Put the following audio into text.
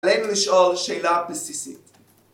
עלינו לשאול שאלה בסיסית